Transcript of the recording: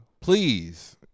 please